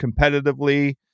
competitively